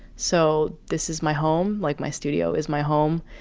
so this is my home. like my studio is my home.